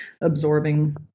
absorbing